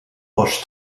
vos